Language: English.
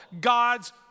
God's